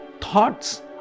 thoughts